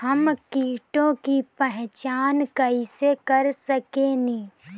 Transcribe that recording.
हम कीटों की पहचान कईसे कर सकेनी?